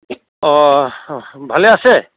অহ হ ভালে আছে